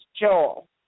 Joel